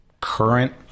current